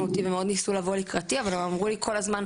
אותי ומאוד ניסו לבוא לקראתי אבל הן אמרו לי כל הזמן,